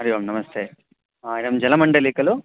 हरिः ओं नमस्ते इदं जलमण्डली खलु